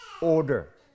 order